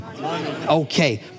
Okay